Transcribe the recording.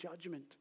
judgment